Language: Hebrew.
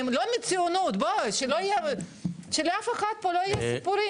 לא בגלל הציונות שלאף אחד פה לא יהיו סיפורים,